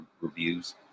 reviews